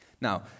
Now